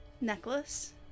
necklace